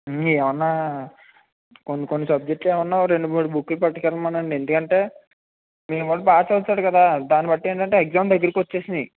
ఏవన్నా కొన్ని కొన్ని సబ్జెక్టులు ఏవన్నా రెండు మూడు బుక్లు పట్టుకెళ్ళమనండి ఎందుకంటే మీ వాడు బాగా చదువుతాడు కదా దాన్ని బట్టి ఏంటంటే ఎగ్జామ్ దగ్గరకు వచ్చేసినాయి